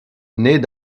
naît